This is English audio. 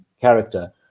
character